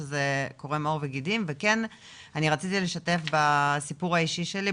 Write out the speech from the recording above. שזה קורם עור וגידים וכן אני רציתי לשתף בסיפור האישי שלי,